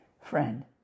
friend